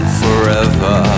forever